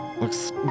Looks